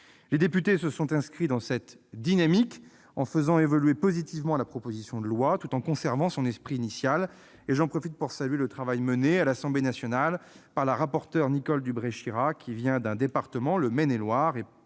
Les députés se sont inscrits dans cette dynamique en faisant évoluer positivement la proposition de loi, tout en conservant son esprit initial. J'en profite pour saluer le travail mené, à l'Assemblée nationale, par la rapporteure Nicole Dubré-Chirat qui vient d'un département, le Maine-et-Loire,